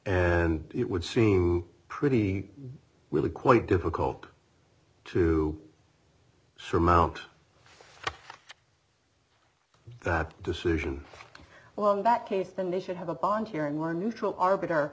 and it would seem pretty really quite difficult to surmount that decision well in that case then they should have a bond hearing one neutral arbiter